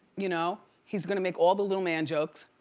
you know he's gonna make all the little man jokes.